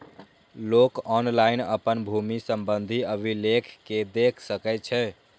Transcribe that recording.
लोक ऑनलाइन अपन भूमि संबंधी अभिलेख कें देख सकै छै